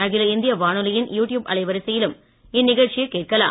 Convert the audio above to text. அகில இந்திய வானொலியின் யு டியுப் அலைவரிசையிலும் இந்நிகழ்ச்சியை கேட்கலாம்